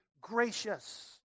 gracious